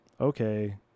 okay